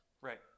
right